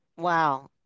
Wow